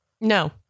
No